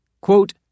Quote